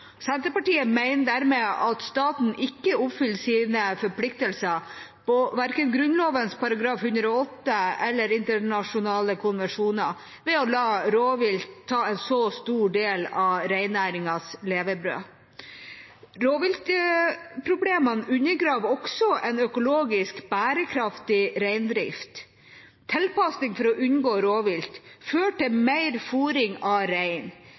Senterpartiet mener dermed at staten ikke oppfyller sine forpliktelser etter verken Grunnloven § 108 eller internasjonale konvensjoner ved å la rovvilt ta en så stor del av reinnæringens levebrød. Rovviltproblemene undergraver også en økologisk bærekraftig reindrift. Tilpasning for å unngå rovvilt fører til mer fôring av rein,